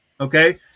Okay